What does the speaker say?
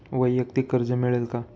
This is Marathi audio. वैयक्तिक कर्ज मिळेल का?